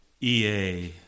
EA